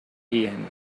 ehen